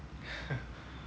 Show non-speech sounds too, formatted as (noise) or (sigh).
(laughs)